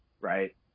right